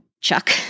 Chuck